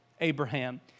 Abraham